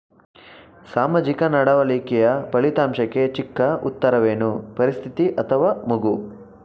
ಸಾಮಾಜಿಕ ನಡವಳಿಕೆಯ ಫಲಿತಾಂಶಕ್ಕೆ ಚಿಕ್ಕ ಉತ್ತರವೇನು? ಪರಿಸ್ಥಿತಿ ಅಥವಾ ಮಗು?